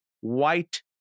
white